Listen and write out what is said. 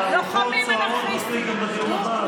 הרוחות סוערות מספיק גם בדיון הבא,